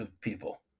people